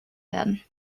werden